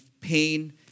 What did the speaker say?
pain